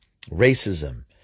racism